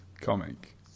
comic